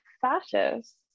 fascist